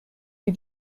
wie